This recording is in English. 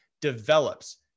develops